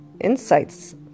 insights